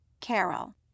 Carol